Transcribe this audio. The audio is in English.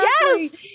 Yes